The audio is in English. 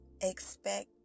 expect